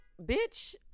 bitch